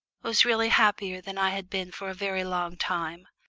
was really happier than i had been for a very long time.